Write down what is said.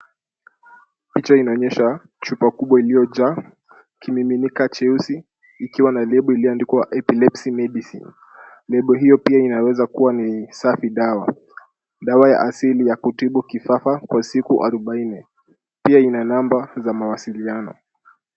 Picha inaonyesha chupa kubwa iliyojaa kimiminika cheusi ikiwa na lebo iliyoandikwa epilepsy medicine . Lebo hiyo pia inaweza kuwa ni safi dawa. Dawa ya kiasili ya kutibu kifafa kwa siku arubaini. Pia ina namba za mawasiliano.